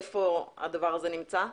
איפה הדבר הזה נמצא,